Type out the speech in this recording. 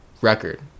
record